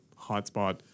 hotspot